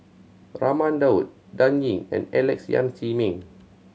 Raman Daud Dan Ying and Alex Yam Ziming